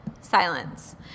Silence